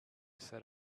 set